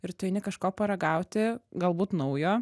ir tu eini kažko paragauti galbūt naujo